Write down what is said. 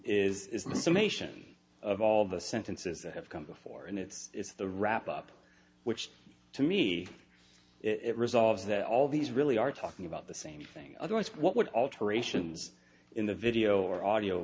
is the summation of all the sentences that have come before and it's the wrap up which to me it resolves that all these really are talking about the same thing otherwise what would alterations in the video or audio